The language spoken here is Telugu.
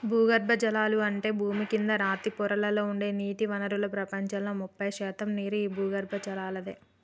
భూగర్బజలాలు అంటే భూమి కింద రాతి పొరలలో ఉండే నీటి వనరులు ప్రపంచంలో ముప్పై శాతం నీరు ఈ భూగర్బజలలాదే